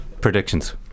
predictions